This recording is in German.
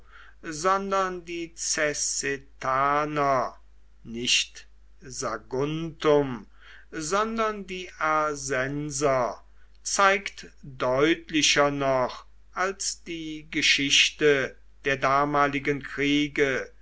sondern die cessetaner nicht saguntum sondern die arsenser zeigt deutlicher noch als die geschichte der damaligen kriege